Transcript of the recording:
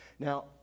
Now